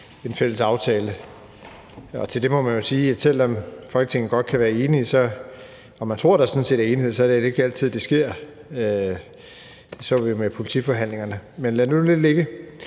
en fælles aftale. Til det må man jo sige, at selv om Folketinget godt kan være enig og man tror, at der sådan set er enighed, er det ikke altid tilfældet. Det så vi jo ved politiforhandlingerne. Men lad nu det ligge.